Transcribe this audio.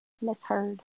misheard